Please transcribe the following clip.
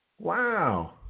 Wow